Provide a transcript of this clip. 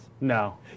No